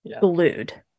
Glued